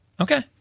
okay